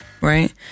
right